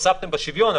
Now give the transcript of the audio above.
הוספתם בשוויון,